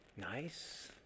nice